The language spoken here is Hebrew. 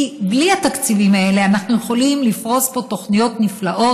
כי בלי התקציבים האלה אנחנו יכולים לפרוס פה תוכניות נפלאות,